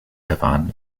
taiwan